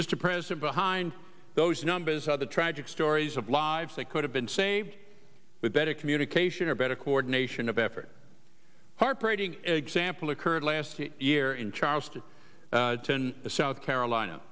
to present behind those numbers of the tragic stories of lives that could have been saved with better communication or better coordination of effort heartbreaking example occurred last year in charleston south carolina